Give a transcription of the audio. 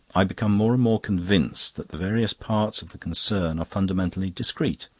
i become more and more convinced that the various parts of the concern are fundamentally discrete.